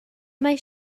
mae